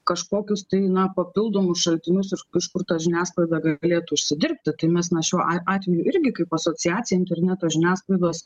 kažkokius tai na papildomus šaltinius ir iš kur ta žiniasklaida ga galėtų užsidirbti tai mes na šiuo atveju irgi kaip asociacija interneto žiniasklaidos